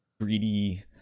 greedy